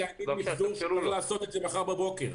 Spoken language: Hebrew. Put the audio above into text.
--- תאגיד מיחזור שיכול לעשות את זה מחר בבוקר.